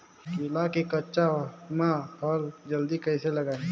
केला के गचा मां फल जल्दी कइसे लगही?